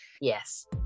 Yes